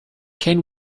can